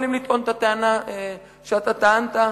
ולכן אנחנו יכולים לטעון את הטענה שאתה טענת,